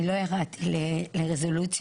אני לא ירדתי לרזולוציות,